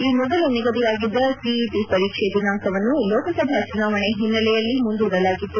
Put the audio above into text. ಈ ಮೊದಲು ನಿಗದಿಯಾಗಿದ್ದ ಸಿಇಟಿ ಪರೀಕ್ಷೆ ದಿನಾಂಕವನ್ನು ಲೋಕಸಭಾ ಚುನಾವಣೆ ಹಿನ್ನೆಲೆಯಲ್ಲಿ ಮುಂದೂದಲಾಗಿತ್ತು